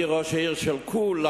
אני ראש העיר של כולם,